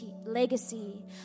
legacy